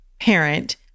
parent